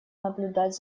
наблюдать